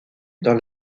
dans